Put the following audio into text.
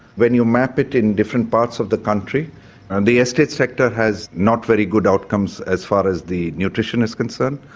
when you map it in different parts of the country and the estates sector has not very good outcomes as far as the nutrition is concerned.